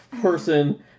person